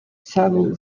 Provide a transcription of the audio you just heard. several